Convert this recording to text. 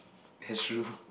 that's true